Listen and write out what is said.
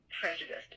prejudiced